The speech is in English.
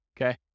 okay